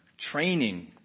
training